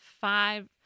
five